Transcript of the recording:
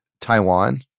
Taiwan